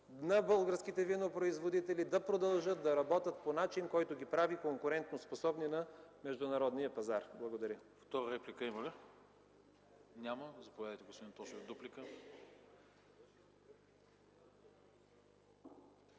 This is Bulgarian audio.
на българските винопроизводители да продължат да работят по начин, който ги прави конкурентоспособни на международния пазар. Благодаря.